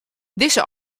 dizze